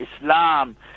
Islam